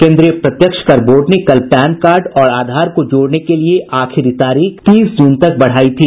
केन्द्रीय प्रत्यक्ष कर बोर्ड ने कल पैनकार्ड और आधार को जोड़ने के लिए आखिरी तारीख तीस जून तक बढ़ाई थी